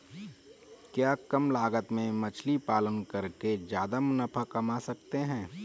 क्या कम लागत में मछली का पालन करके ज्यादा मुनाफा कमा सकते हैं?